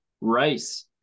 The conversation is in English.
Rice